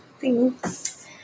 Thanks